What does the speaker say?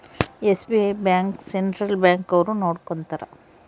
SBI bank central bank ಅವ್ರು ನೊಡ್ಕೋತರ